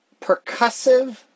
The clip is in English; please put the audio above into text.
percussive